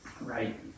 right